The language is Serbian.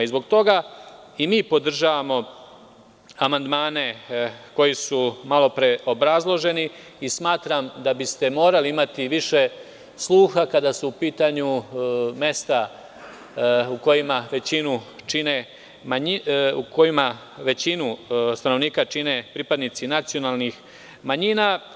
Zbog toga i mi podržavamo amandmane koji su malopre obrazloženi i smatram da biste morali imati više sluha kada su u pitanju mesta u kojima većinu stanovnika čine pripadnici nacionalnih manjina.